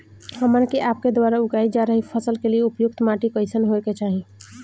हमन के आपके द्वारा उगाई जा रही फसल के लिए उपयुक्त माटी कईसन होय के चाहीं?